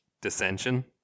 Dissension